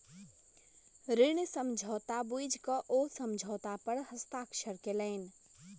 ऋण समझौता बुइझ क ओ समझौता पर हस्ताक्षर केलैन